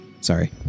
Sorry